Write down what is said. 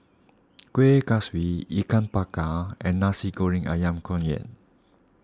Kuih Kaswi Ikan Bakar and Nasi Goreng Ayam Kunyit